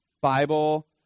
Bible